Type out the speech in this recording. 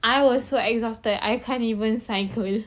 I was so exhausted I can't cycle